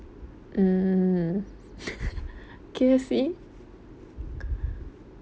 mm K_F_C